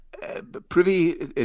Privy